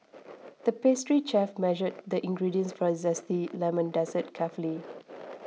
the pastry chef measured the ingredients for a Zesty Lemon Dessert carefully